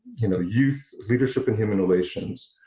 you know youth leadership and human relations,